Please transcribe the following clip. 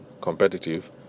competitive